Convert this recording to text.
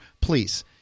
Please